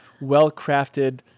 well-crafted